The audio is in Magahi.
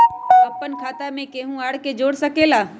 अपन खाता मे केहु आर के जोड़ सके ला?